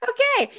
Okay